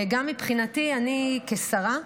גם מבחינתי, אני כשרה,